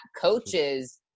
coaches